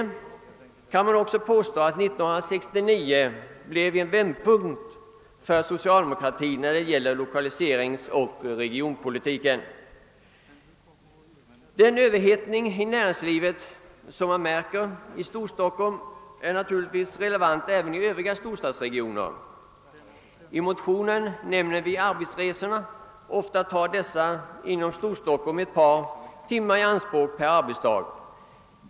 Men blev år 1969 verkligen en vändpunkt för socialdemokratin när det gäller Jokaliseringsoch regionpolitik? Den överhettning i näringslivet som förmärks i Storstockholm är naturligtvis relevant även i övriga storstadsregioner. I motionen nämner vi att arbetsresorna för en person som bor i Storstockholm ofta tar ett par timmar i anspråk per arbetsdag.